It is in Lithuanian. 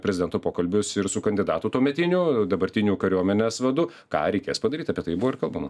prezidento pokalbius ir su kandidatu tuometiniu dabartiniu kariuomenės vadu ką reikės padaryti apie tai buvo ir kalbama